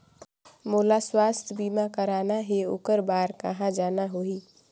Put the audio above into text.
मोला स्वास्थ बीमा कराना हे ओकर बार कहा जाना होही?